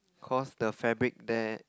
cause the fabric there